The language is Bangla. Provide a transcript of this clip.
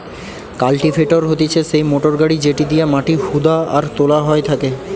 কাল্টিভেটর হতিছে সেই মোটর গাড়ি যেটি দিয়া মাটি হুদা আর তোলা হয় থাকে